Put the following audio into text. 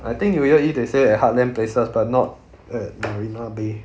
I think we go eat they say at heartland places but not at marina bay